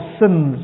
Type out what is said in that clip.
sins